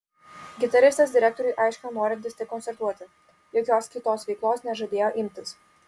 gitaristas direktoriui aiškino norintis tik koncertuoti jokios kitos veiklos nežadėjo imtis